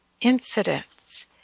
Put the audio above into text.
incidents